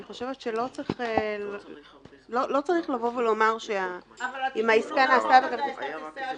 אני חושבת שלא צריך לומר --- אבל התיקון נעשה בחוק כרטיסי אשראי.